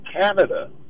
Canada